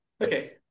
Okay